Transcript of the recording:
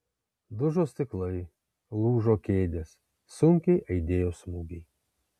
dužo stiklai lūžo kėdės sunkiai aidėjo smūgiai